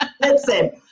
Listen